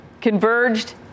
converged